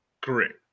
Correct